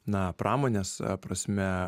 na pramonės prasme